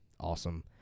awesome